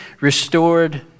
restored